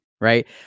right